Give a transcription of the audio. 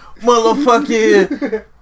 Motherfucking